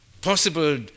possible